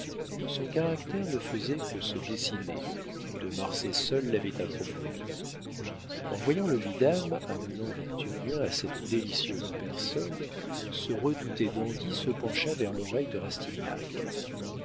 son caractère ne faisait que se dessiner de marsay seul l'avait approfondi en voyant le vidame amenant victurnien à cette délicieuse personne ce redouté dandy se pencha vers l'oreille de